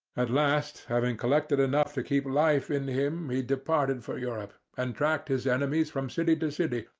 at last, having collected enough to keep life in him, he departed for europe, and tracked his enemies from city to city,